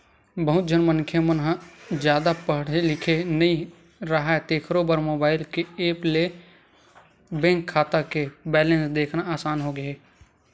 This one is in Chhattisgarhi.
बहुत झन मनखे मन ह जादा पड़हे लिखे नइ राहय तेखरो बर मोबईल के ऐप ले बेंक खाता के बेलेंस देखना असान होगे हे